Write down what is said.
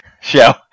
show